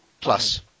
plus